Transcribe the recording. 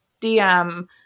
DM